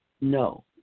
No